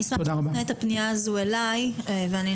אשמח שתעביר את הפנייה הזאת אליי ואנסה